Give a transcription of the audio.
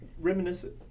reminiscent